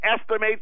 estimates